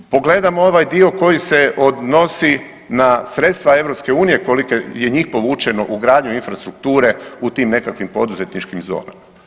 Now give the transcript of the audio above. Pogledajmo ovaj dio koji se odnosi na sredstva EU, koliko je njih povučeno u gradnju infrastrukture, u tim nekakvim poduzetničkim zonama.